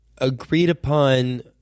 agreed-upon